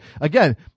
Again